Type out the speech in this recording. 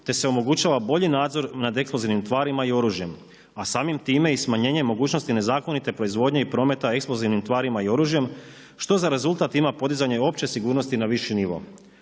te se omogućava bolji nadzor nad eksplozivnim tvarima i oružjem a samim time i smanjenje mogućnosti nezakonite proizvodnje i prometa eksplozivnim tvarima i oružjem što za rezultat ima podizanje opće sigurnosti na viši nivo.